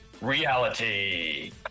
reality